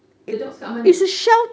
the dogs kat mana